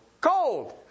cold